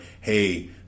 hey